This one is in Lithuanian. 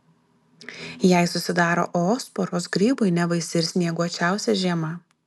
jei susidaro oosporos grybui nebaisi ir snieguočiausia žiema